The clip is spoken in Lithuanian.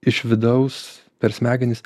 iš vidaus per smegenis